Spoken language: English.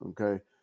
Okay